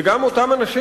וגם אותם אנשים,